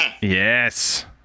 yes